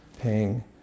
paying